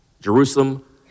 Jerusalem